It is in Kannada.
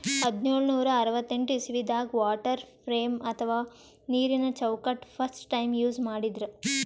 ಹದ್ದ್ನೋಳ್ ನೂರಾ ಅರವತ್ತೆಂಟ್ ಇಸವಿದಾಗ್ ವಾಟರ್ ಫ್ರೇಮ್ ಅಥವಾ ನೀರಿನ ಚೌಕಟ್ಟ್ ಫಸ್ಟ್ ಟೈಮ್ ಯೂಸ್ ಮಾಡಿದ್ರ್